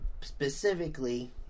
specifically